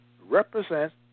represents